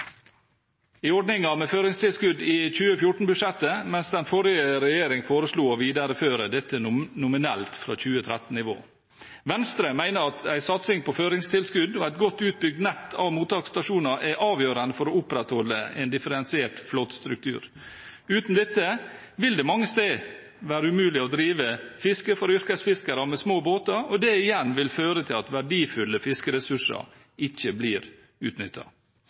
i ordningen med føringstilskudd i 2014-budsjettet, mens den forrige regjeringen foreslo å videreføre dette nominelt fra 2013-nivå. Venstre mener at en satsing på føringstilskudd og et godt utbygd nett av mottaksstasjoner er avgjørende for å opprettholde en differensiert flåtestruktur. Uten dette vil det mange steder være umulig å drive fiske for yrkesfiskere med små båter, og det igjen vil føre til at verdifulle fiskeressurser ikke blir